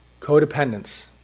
codependence